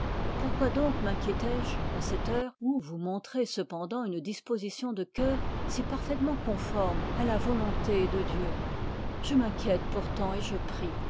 pourquoi donc minquiété je à cette heure où vous montrez cependant une disposition de cœur si parfaitement conforme à la volonté de dieu je m'inquiète pourtant et je prie